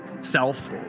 self